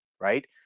right